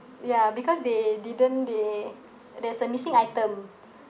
ya because they didn't they there's a missing item